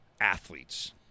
athletes